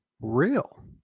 real